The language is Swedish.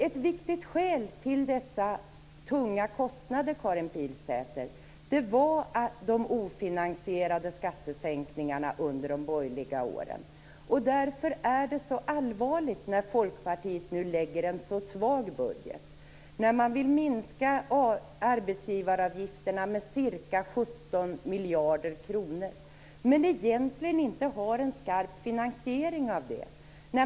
Ett viktigt skäl till dessa tunga kostnader, Karin Pilsäter, var de ofinansierade skattesänkningarna under de borgerliga åren. Därför är det så allvarligt när Folkpartiet nu lägger fram ett så svagt budgetförslag. Man vill minska arbetsgivaravgifterna med ca 17 miljarder kronor, men egentligen har man inte en skarp finansiering av det.